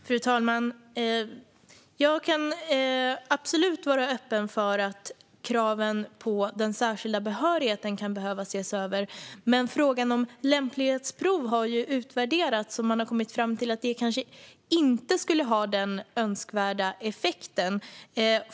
Fru talman! Jag kan absolut vara öppen för att kraven på den särskilda behörigheten kan behöva ses över. Frågan om lämplighetsprov har dock utvärderats, och man har kommit fram till att det kanske inte skulle ha den önskvärda effekten.